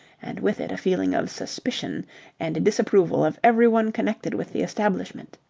and with it a feeling of suspicion and disapproval of everyone connected with the establishment.